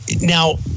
now